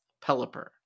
Pelipper